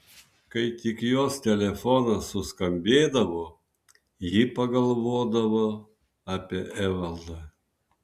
kai tik jos telefonas suskambėdavo ji pagalvodavo apie evaldą